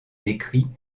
décrits